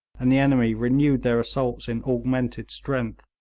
and the enemy renewed their assaults in augmented strength.